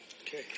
Okay